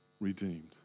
redeemed